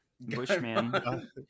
Bushman